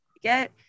get